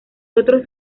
otros